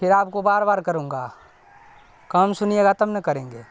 پھر آپ کو بار بار کروں گا کام سنیے گا تب نا کریں گے